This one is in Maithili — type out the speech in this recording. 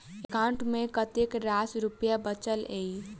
एकाउंट मे कतेक रास रुपया बचल एई